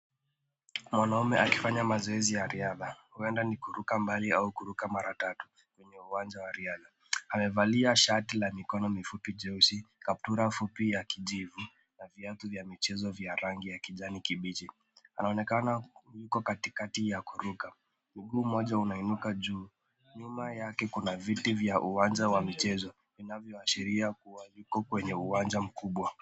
Mwanaume akifanya mazoezi ya riadha huenda ni kuruka mbali au kuruka mara tatu kwenye uwanja wa riadha. Amevalia shati la mikono mifupi jeusi, kaptula fupi ya kijivu na viatu vya mchezo vya rangi ya kijani kibichi. Anaonekana yuko katikati ya kuruka mguu mmoja unainuka juu, nyuma yake kuna viti vya uwanja wa michezo vinavyoashiria kuwa yuko kwenye uwanja mkubwa.